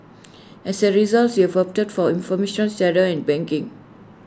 as A result they've opted for informal shadow and banking